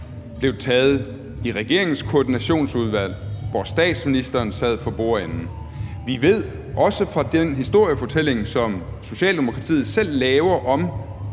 blev taget i regeringens koordinationsudvalg, hvor statsministeren sad for bordenden. Vi ved også fra den historiefortælling, som Socialdemokratiet selv laver om